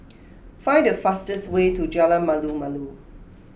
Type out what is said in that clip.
find the fastest way to Jalan Malu Malu